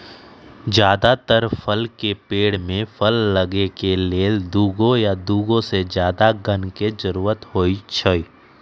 जदातर फल के पेड़ में फल लगे के लेल दुगो या दुगो से जादा गण के जरूरत होई छई